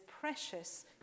precious